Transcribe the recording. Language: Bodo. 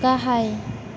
गाहाय